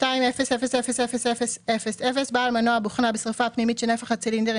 "200000 בעל מנוע בוכנה בשריפה פנימית שנפח הצילינדרים